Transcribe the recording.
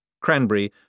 Cranberry